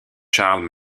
charles